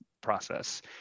process